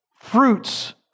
fruits